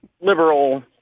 liberal